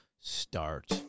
start